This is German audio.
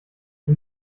die